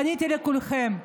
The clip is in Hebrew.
פניתי לכולכם ואמרתי: